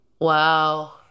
Wow